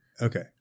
Okay